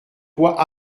quoi